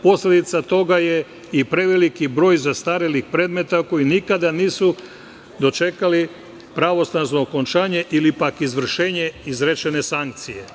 Posledica toga je i preveliki broj zastarelih predmeta, koji nikada nisu dočekali pravosnažno okončanje ili pak izvršenje izrečene sankcije.